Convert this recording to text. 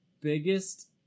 biggest